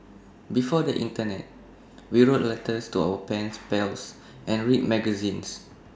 before the Internet we wrote letters to our pen pals and read magazines